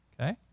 Okay